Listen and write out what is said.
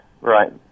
Right